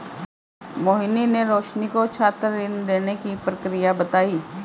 मोहिनी ने रोशनी को छात्र ऋण लेने की प्रक्रिया बताई